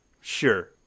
Sure